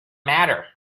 matter